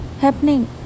happening